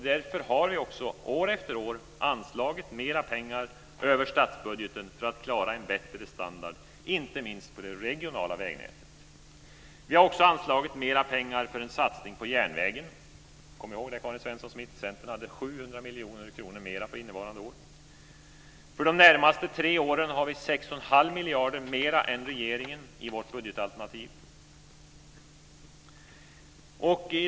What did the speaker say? Därför har vi också år efter år anslagit mer pengar över statsbudgeten för att klara en bättre standard inte minst på det regionala vägnätet. Vi har också anslagit mera pengar för en satsning på järnvägen. Kom ihåg, Karin Svensson Smith, att Centern hade 700 miljoner kronor mer för innevarande år. För de närmaste tre åren har vi 6 1⁄2 miljarder mer än regeringen i vårt budgetalternativ.